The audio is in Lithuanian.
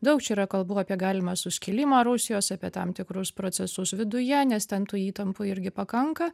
daug čia yra kalbų apie galimą suskilimą rusijos apie tam tikrus procesus viduje nes ten tų įtampų irgi pakanka